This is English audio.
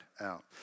out